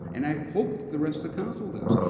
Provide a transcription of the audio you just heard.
and i hope the rest of the council does.